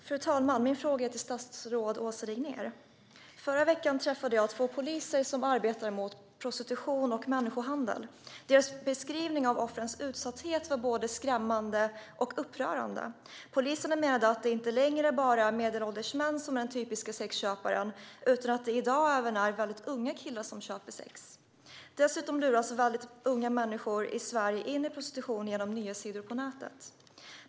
Fru talman! Min fråga går till statsrådet Åsa Regnér. I förra veckan träffade jag två poliser som arbetar mot prostitution och människohandel. Deras beskrivning av offrens utsatthet var både skrämmande och upprörande. Poliserna menade att det inte längre är bara medelålders män som är den typiska sexköparen, utan att det i dag även är väldigt unga killar som köper sex. Dessutom luras unga människor i Sverige in i prostitution genom nya sidor på nätet.